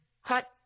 hot